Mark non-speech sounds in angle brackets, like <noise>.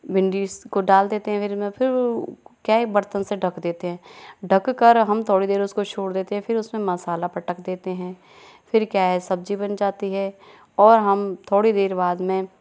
भिंडी इसको को डाल देते हैं <unintelligible> फिर क्या है बर्तन से ढक देते हैं ढक कर हम थोड़ी देर उसको छोड़ देते हैं फिर उसमें मसाला पटक देते हैं फिर क्या है सब्ज़ी बन जाती है और हम थोड़ी देर बाद में